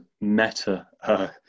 meta